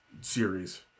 series